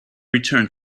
return